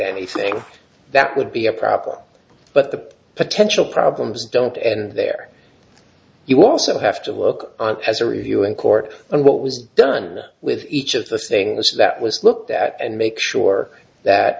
anything that would be a problem but the potential problems don't end there you also have to look as a reviewing court and what was done with each of the saying this or that was looked at and make sure that